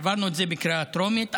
העברנו את זה בקריאה טרומית,